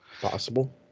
Possible